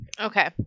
Okay